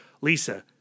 Lisa